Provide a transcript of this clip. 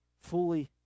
fully